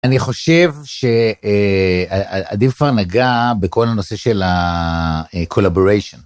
אני חושב שעדי כבר נגע בכל הנושא של הcollaboration.